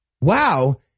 wow